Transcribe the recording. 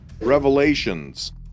Revelations